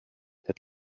had